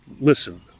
listen